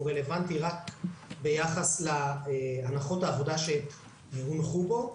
רלוונטי רק ביחס להנחות העבודה שהונחו בו.